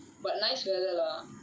but nice weather leh